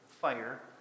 fire